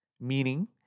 meaning